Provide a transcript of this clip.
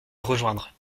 rejoindre